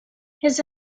his